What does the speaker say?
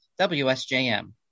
WSJM